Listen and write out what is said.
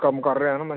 ਕੰਮ ਕਰ ਰਿਹਾ ਨਾ ਮੈਂ